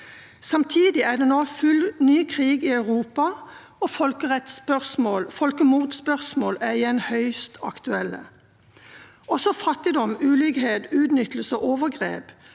Samtidig er det nå ny krig i Europa, og folkemordspørsmål er igjen høyst aktuelle. Også fattigdom, ulikhet, utnyttelse og overgrep